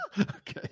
Okay